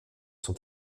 sont